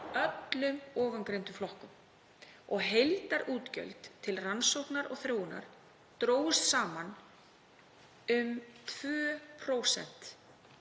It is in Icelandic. öllum ofangreindum flokkum. Heildarútgjöld til rannsókna og þróunar drógust saman og